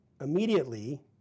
immediately